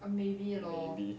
maybe